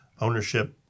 ownership